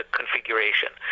configuration